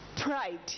Pride